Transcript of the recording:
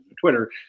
Twitter